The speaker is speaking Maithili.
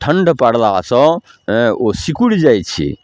ठण्ड पड़लासँ हेँ ओ सिकुड़ि जाइ छै